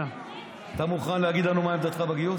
אתה מוכן להגיד לנו מה עמדתך בגיוס?